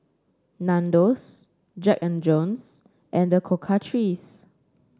Nandos Jack And Jones and The Cocoa Trees